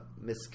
Miss